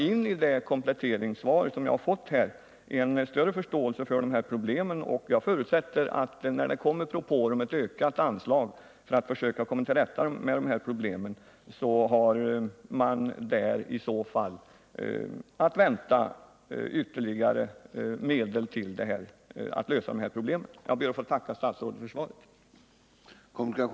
I det kompletterande svar som jag har fått vill jag emellertid tolka in en större förståelse för det problem jag har aktualiserat, och jag förutsätter att när det kommer propåer om ökade anslag för att möjliggöra ombyggnad av vägportar så skall vi också kunna vänta ytterligare medel för det ändamålet. Jag ber att få tacka statsrådet för svaret.